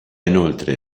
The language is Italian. inoltre